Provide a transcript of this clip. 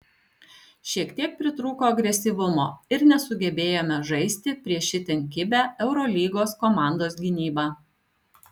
šiek tiek pritrūko agresyvumo ir nesugebėjome žaisti prieš itin kibią eurolygos komandos gynybą